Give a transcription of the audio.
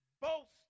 boast